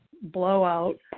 blowout